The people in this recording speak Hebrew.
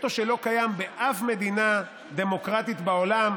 וטו שלא קיים באף מדינה דמוקרטית בעולם.